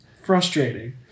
Frustrating